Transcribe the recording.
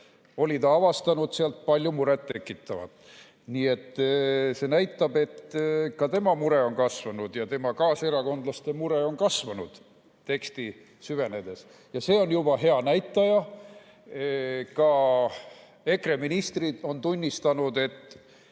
oli ta avastanud palju muret tekitavat. See näitab, et ka tema mure on kasvanud ja tema kaaserakondlaste mure on kasvanud teksti süvenedes. See on hea näitaja. Ka EKRE ministrid on tunnistanud, et